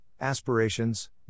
Aspirations